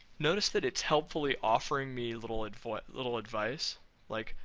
notice that it's helpfully offering me little advice little advice like,